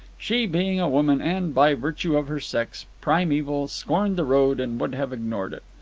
she, being a woman and, by virtue of her sex, primeval, scorned the road, and would have ignored it.